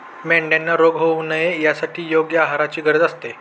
मेंढ्यांना रोग होऊ नये यासाठी योग्य आहाराची गरज असते